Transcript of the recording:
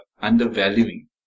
undervaluing